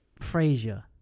Frasier